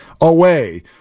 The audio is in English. away